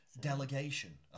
delegation